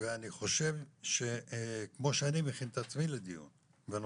ואני חושב שכמו שאני מכין את עצמי לדיון ואני